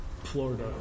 Florida